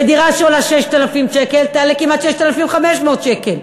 ודירה שעולה 6,000 שקל תעלה כמעט 6,500 שקל.